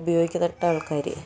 ഉപയോഗിക്കുന്നുണ്ട് ആൾക്കാർ